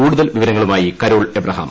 കൂടുതൽ വിവരങ്ങളുമായി Carol Abraham